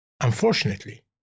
unfortunately